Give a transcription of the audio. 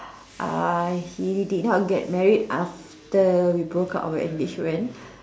uh he did not get married after we broke up our engagement